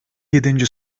yedinci